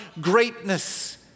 greatness